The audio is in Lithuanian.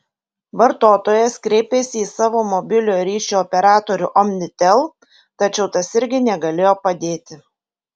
vartotojas kreipėsi į savo mobiliojo ryšio operatorių omnitel tačiau tas irgi negalėjo padėti